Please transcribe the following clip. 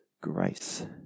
grace